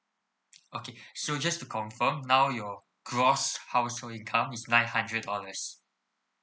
okay so just to confirm now your cross household income is nine hundred dollars